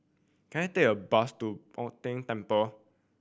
can I take a bus to Bo Tien Temple